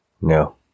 No